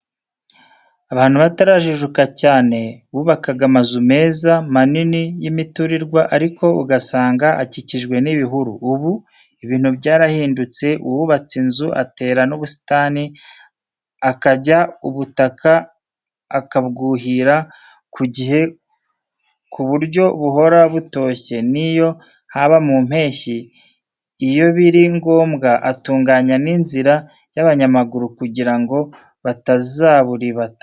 Abantu batarajijuka cyane bubakaga amazu meza, manini y'imiturirwa, ariko ugasanga akikijwe n'ibihuru, ubu ibintu byarahindutse, uwubatse inzu atera n'ubusitani, akajya abukata, akabwuhira ku gihe ku buryo buhora butoshye n'iyo haba mu mpeshyi, iyo biri ngombwa atunganya n'inzira z'abanyamaguru kugira ngo batazaburibata.